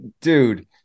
dude